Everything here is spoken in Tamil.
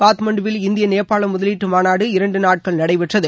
காட்மண்டுவில் இந்தியா நேபாள முதலீட்டு மாநாடு இரண்டு நாட்கள் நடைபெற்றது